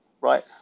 right